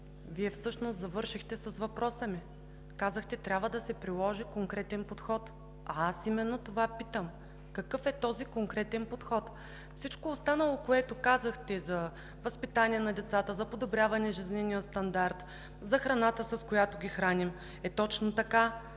Вие всъщност завършихте с въпроса ми. Казахте: трябва да се приложи конкретен подход. Аз именно това питам: какъв е този конкретен подход? Всичко останало, което казахте – за възпитание на децата, за подобряване на жизнения стандарт, за храната, с която ги храним – е точно така,